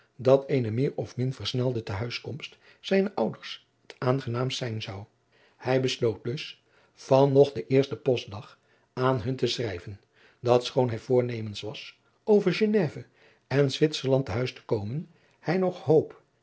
dat eene meer of min versnelde te huiskomst zijnen ouders het aangenaamst zijn zou hij besloot dus van nog den eersten postdag aan hun te schrijven dat schoon hij voornemens was over geneve en zwitserland te huis te komen hij nog hoop